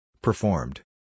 Performed